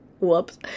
whoops